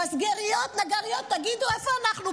מסגריות, נגריות, תגידו, איפה אנחנו?